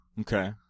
Okay